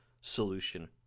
solution